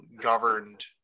governed